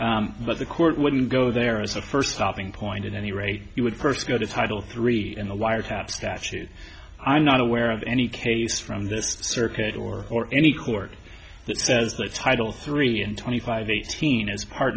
but the court wouldn't go there as a first stopping point at any rate he would first go to title three in the wiretap statute i'm not aware of any case from this circuit or any court that says that title three and twenty five eighteen as part